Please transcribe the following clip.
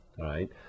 right